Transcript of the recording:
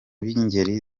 b’ingeri